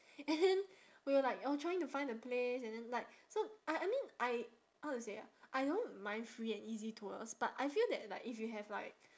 and then we were like uh trying to find the place and then like so I I mean I how to say ah I don't mind free and easy tours but I feel that like if you have like